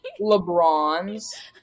LeBron's